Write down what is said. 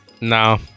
No